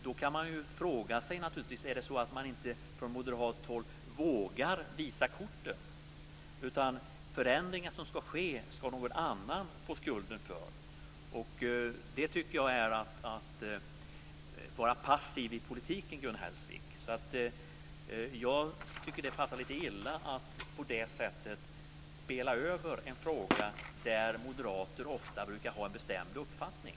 Då kan man ju fråga sig: Är det så att man från moderat håll inte vågar visa korten, utan den förändring som ska ske ska någon annan få skulden för? Det tycker jag är att vara passiv i politiken, Gun Hellsvik. Jag tycker att det passar lite illa att på det sättet spela över en fråga där moderater ofta brukar ha en bestämd uppfattning.